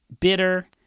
bitter